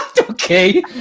Okay